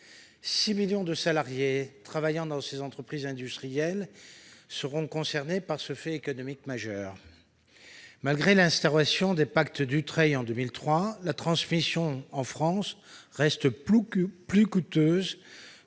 millions de salariés travaillant dans ces entreprises industrielles seront concernés par ce fait économique majeur. Malgré l'instauration du pacte Dutreil en 2003, la transmission en France reste plus coûteuse